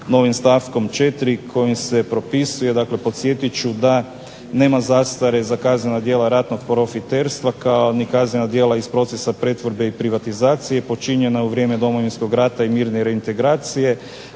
novim stavkom 4. kojim se propisuje, dakle podsjetit ću da nema zastare za kaznena djela ratnog profiterstva kao ni kaznena djela iz procesa pretvorbe i privatizacije počinjena u vrijeme Domovinskog rata i mirne reintegracije